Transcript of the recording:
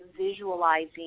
visualizing